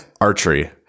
Archery